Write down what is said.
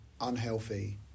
unhealthy